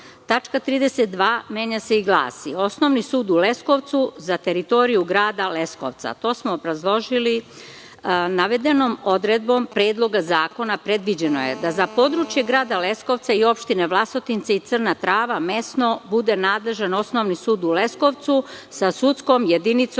Trava. Tačka 32) menja se i glasi – Osnovni sud u Leskovcu za teritoriju grada Leskovca. To smo obrazložili navedenom odredbom Predloga zakona. Predviđeno je da za područje grada Leskovca i opština Vlasotince i Crna Trava mesno bude nadležan Osnovni sud u Leskovcu sa sudskom jedinicom